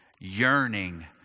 yearning